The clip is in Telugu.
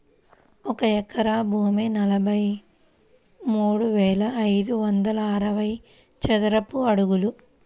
ఒక ఎకరం భూమి నలభై మూడు వేల ఐదు వందల అరవై చదరపు అడుగులు